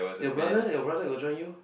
your brother your brother got join you